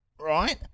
right